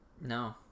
No